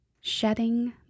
Shedding